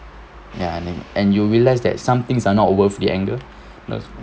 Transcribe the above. ya I mean and you realised that some things are not worth the anger